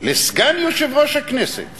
לסגן יושב-ראש הכנסת